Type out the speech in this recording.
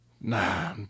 Nah